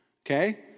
Okay